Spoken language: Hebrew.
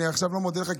אני עכשיו לא מודה לך,